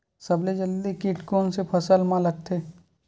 सबले जल्दी कीट कोन से फसल मा लगथे?